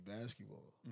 basketball